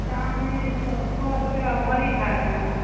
चाँदी सँ छओ सए टका भरि भए गेलै